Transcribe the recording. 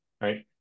right